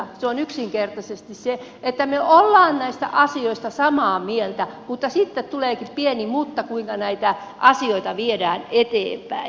se on yksinkertaisesti niin että me olemme näistä asioista samaa mieltä mutta sitten tuleekin pieni mutta siinä kuinka näitä asioita viedään eteenpäin